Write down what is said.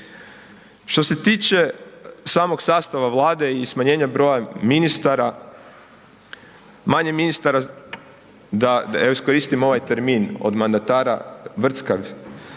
Što se tiče samog sastava Vlade i smanjenja broja ministara, manje ministara, da iskoristim ovaj termin od mandata „vrckav“,